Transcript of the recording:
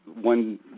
one